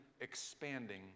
expanding